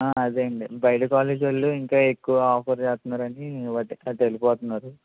ఆ అదే అండి బయట కాలేజీ వాళ్ళు ఇంకా ఎక్కువ ఆఫర్ చేస్తున్నారని అటు వెళ్లిపోతున్నారు